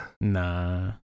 Nah